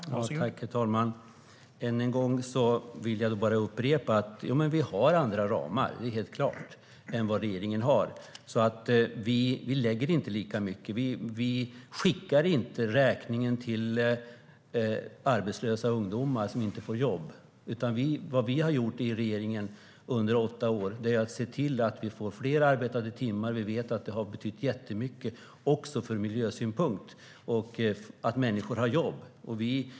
Herr talman! Än en gång vill jag upprepa att vi har andra ramar än regeringen. Det är helt klart. Vi lägger alltså inte lika mycket. Vi skickar inte räkningen till arbetslösa ungdomar som inte får jobb, utan det vi gjorde under åtta år i regeringsställning var att se till att vi fick fler arbetade timmar. Vi vet att det har betytt jättemycket också ur miljösynpunkt att människor har jobb.